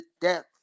death